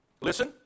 Listen